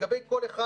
לגבי כל אחד,